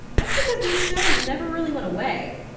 that's because these shows never really went away.